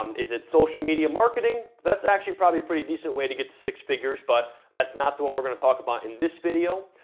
um is it social media marketing? that's actually probably a pretty decent way to get to six figures, but that's not the one we're gonna talk about in this video,